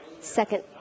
second